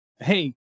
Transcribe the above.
Hey